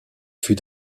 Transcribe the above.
fut